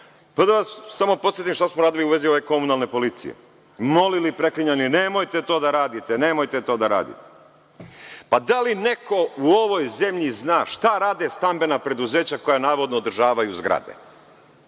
da vas podsetim šta smo imali u vezi ove komunalne policije. Molili, preklinjali, nemojte to da radite, nemojte to da radite. Da li neko u ovoj zemlji zna šta rade stambena preduzeća koja navodno održavaju zgrade?